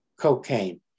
cocaine